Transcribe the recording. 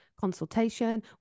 consultation